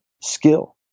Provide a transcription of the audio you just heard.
skill